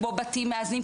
כמו בתים מאזנים,